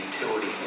utility